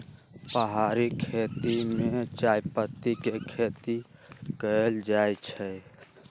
पहारि खेती में चायपत्ती के खेती कएल जाइ छै